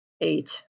Eight